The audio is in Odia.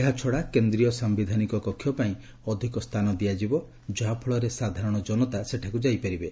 ଏହାଛଡ଼ା କେନ୍ଦ୍ରୀୟ ସାୟିଧାନିକ କକ୍ଷପାଇଁ ଅଧିକ ସ୍ଥାନ ଦିଆଯିବ ଯାହାଫଳରେ ସାଧାରଣ ଜନତା ସେଠାକୁ ଯାଇପାରିବେ